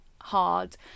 hard